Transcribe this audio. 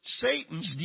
Satan's